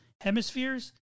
hemispheres